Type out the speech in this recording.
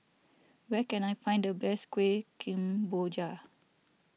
where can I find the best Kueh Kemboja